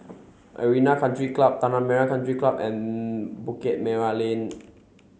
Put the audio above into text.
Arena Country Club Tanah Merah Country Club and Bukit Merah Lane